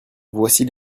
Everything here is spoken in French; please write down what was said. voici